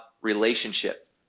relationship